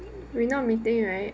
we not meeting right